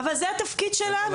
אבל זה בדיוק התפקיד שלנו.